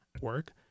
work